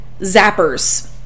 Zappers